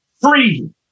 free